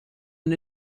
und